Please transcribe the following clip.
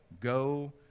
Go